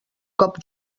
cop